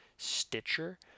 Stitcher